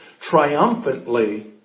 triumphantly